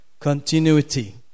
continuity